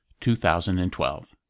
2012